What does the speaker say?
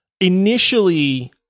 initially